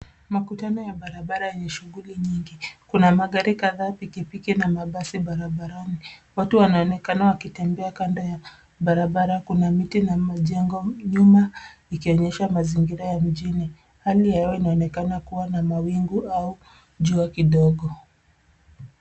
Makutano ya bararara yenye shughuli nyingi. Kuna magari kadhaa, pikipiki na mabasi barabarani. Watu wanaonekana wakitembea kando ya bararara kuna miti na majengo nyuma ikionyesha mazingira ya mjini. Hali ya hewa inaonekana kuwa na mawingu au jua kidogo.